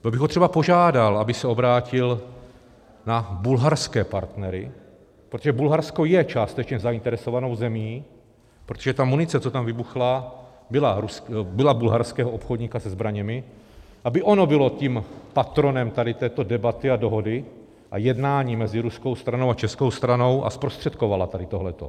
Tak bych ho třeba požádal, aby se obrátil na bulharské partnery, protože Bulharsko je částečně zainteresovanou zemí, protože ta munice, co tam vybuchla, byla bulharského obchodníka se zbraněmi, aby ono bylo tím patronem této debaty a dohody a jednání mezi ruskou stranou a českou stranou a zprostředkovala tady tohleto.